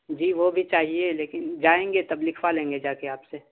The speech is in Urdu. جی وہ بھی چاہیے لیکن جائیں گے تب لکھوا لیں گے جا کے آپ سے